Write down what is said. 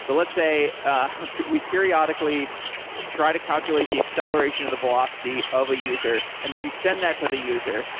so let's say ah we periodically try to calculate the acceleration and the velocity of a user and then we send that to the user,